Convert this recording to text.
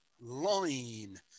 line